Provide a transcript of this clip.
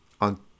on